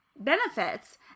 benefits